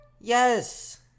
Yes